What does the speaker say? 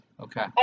Okay